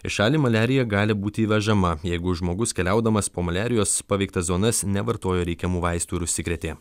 į šalį maliarija gali būti įvežama jeigu žmogus keliaudamas po maliarijos paveiktas zonas nevartojo reikiamų vaistų ir užsikrėtė